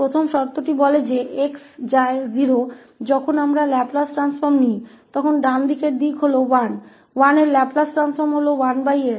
तो पहली शर्त कहती है कि x जाता है 0 जब हम लैपलेस ट्रांसफॉर्म लेते हैं तो दाहिना हाथ 1 होता है 1 का लैपलेस ट्रांसफॉर्म 1s होता है